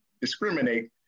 discriminate